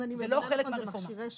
אם אני מבינה נכון, מכשירי שיקום.